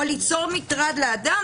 או ליצור מטרד לאדם,